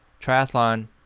triathlon